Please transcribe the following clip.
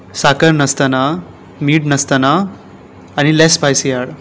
साकर नासतना मीठ नासतना आनी लॅस स्पायसी हाड